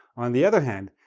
on the other hand,